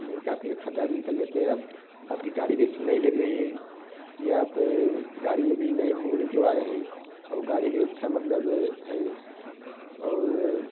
नहीं काफ़ी अच्छा ड्राइविंग कर लेते हैं आप आपकी गाड़ी अच्छी नई लग रही यहाँ पर गाड़ी अभी नई न्यू निकलवाए हैं और गाड़ी भी अच्छा मतलब है और